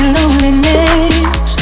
loneliness